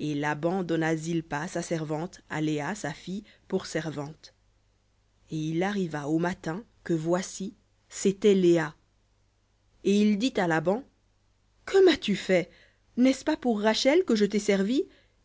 et laban donna zilpa sa servante à léa sa fille pour servante et il arriva au matin que voici c'était léa et il dit à laban que m'as-tu fait n'est-ce pas pour rachel que je t'ai servi